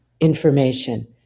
information